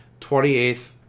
28th